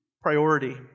priority